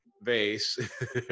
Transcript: vase